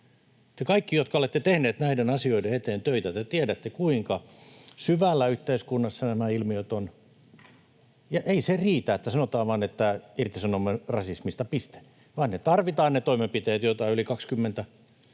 Te kaikki, jotka olette tehneet näiden asioiden eteen töitä, tiedätte, kuinka syvällä yhteiskunnassa nämä ilmiöt ovat, ja ei se riitä, että sanotaan vain, että irtisanoudumme rasismista, piste, vaan tarvitaan ne toimenpiteet, joita on yli 20.